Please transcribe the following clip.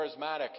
charismatic